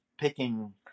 Picking